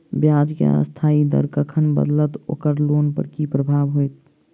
ब्याज केँ अस्थायी दर कखन बदलत ओकर लोन पर की प्रभाव होइत?